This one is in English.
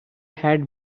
had